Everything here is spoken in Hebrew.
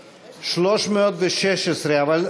316. אבל,